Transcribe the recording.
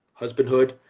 husbandhood